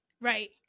right